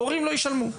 הורים לא ישלמו,